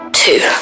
two